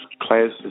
classes